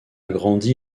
grandi